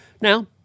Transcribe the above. Now